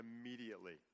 immediately